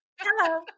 Hello